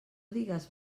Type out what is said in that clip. digues